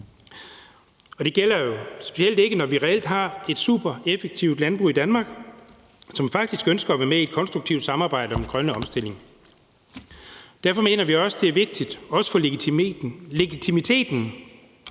Det gælder jo specielt, når vi reelt har et supereffektivt landbrug i Danmark, som faktisk ønsker at være med i et konstruktivt samarbejde om den grønne omstilling. Derfor mener vi også, det er vigtigt, også for legitimiteten